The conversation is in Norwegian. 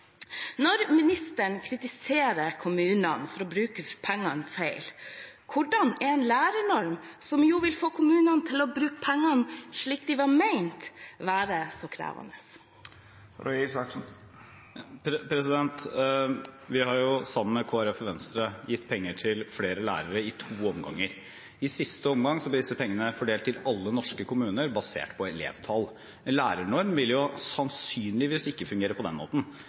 Når ministeren kritiserer kommunene for å bruke pengene feil, hvordan kan en lærernorm, som jo vil få kommunene til å bruke pengene slik de var ment, være så krevende? Vi har jo, sammen med Kristelig Folkeparti og Venstre, gitt penger til flere lærere i to omganger. I siste omgang ble disse pengene fordelt til alle norske kommuner basert på elevtall. En lærernorm vil sannsynligvis ikke fungere på den måten.